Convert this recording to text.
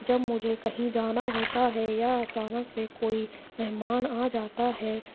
جب مجھے کہیں جانا ہوتا ہے یا اچانک سے کوئی مہمان آ جاتا ہے